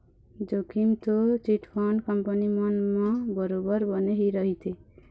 जोखिम तो chit fund company मन म बरोबर बने ही रहिथे